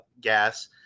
gas